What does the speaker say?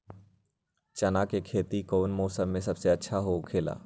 चाना के खेती कौन मौसम में सबसे अच्छा होखेला?